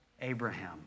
Abraham